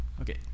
Okay